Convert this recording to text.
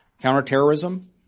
counterterrorism